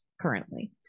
currently